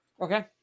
Okay